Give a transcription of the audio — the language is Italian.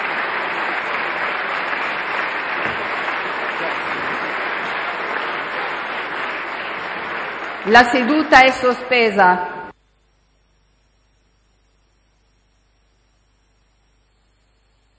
La seduta è sospesa